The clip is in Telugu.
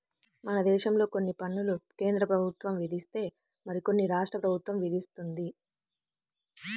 మనదేశంలో కొన్ని పన్నులు కేంద్రప్రభుత్వం విధిస్తే మరికొన్ని రాష్ట్ర ప్రభుత్వం విధిత్తది